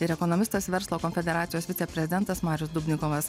ir ekonomistas verslo konfederacijos viceprezidentas marius dubnikovas